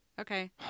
Okay